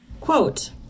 Quote